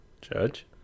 judge